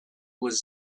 was